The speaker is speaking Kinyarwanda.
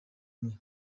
umwe